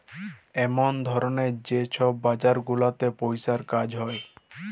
এমল ধরলের যে ছব বাজার গুলাতে পইসার কাজ হ্যয়